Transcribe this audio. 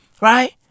Right